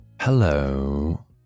hello